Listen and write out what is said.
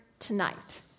tonight